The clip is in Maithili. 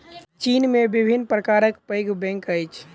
चीन में विभिन्न प्रकारक पैघ बैंक अछि